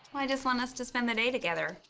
i just want us to spend the day together.